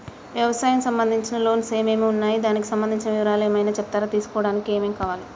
వ్యవసాయం సంబంధించిన లోన్స్ ఏమేమి ఉన్నాయి దానికి సంబంధించిన వివరాలు ఏమైనా చెప్తారా తీసుకోవడానికి ఏమేం కావాలి?